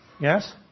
Yes